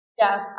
Yes